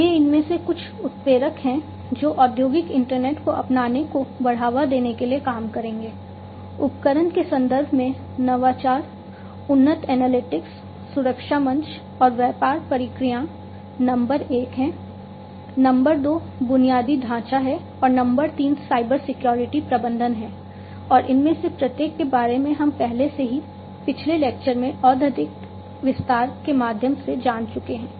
ये इनमें से कुछ उत्प्रेरक हैं जो औद्योगिक इंटरनेट को अपनाने को बढ़ावा देने के लिए काम करेंगे उपकरण के संदर्भ में नवाचार उन्नत एनालिटिक्स प्रबंधन है और इनमें से प्रत्येक के बारे में हम पहले से ही पिछले लेक्चर में और अधिक विस्तार के माध्यम से जान चुके हैं